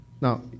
Now